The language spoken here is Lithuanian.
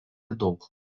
daug